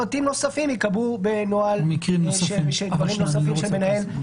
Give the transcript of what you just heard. פרטים נוספים ייקבעו בנוהל של דברים נוספים של מנהל.